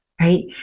Right